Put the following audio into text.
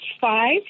five